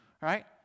right